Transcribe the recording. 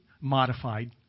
modified